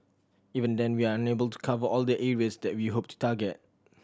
even then we are unable to cover all the areas that we hope to target